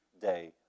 day